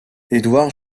edward